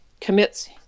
commits